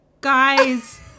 guys